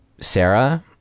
Sarah